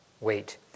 wait